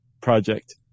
project